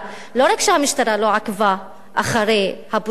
לא רק שהמשטרה לא עקבה אחרי הפושע,